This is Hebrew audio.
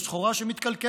על סחורה שמתקלקלת?